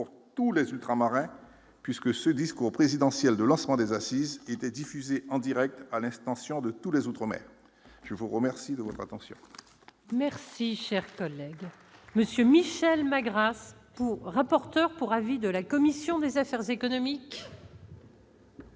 tous les ultramarins puisque ce discours présidentiel de lancement des assises était diffusé en Direct à l'instant de tous les autres, mais je vous remercie de votre attention.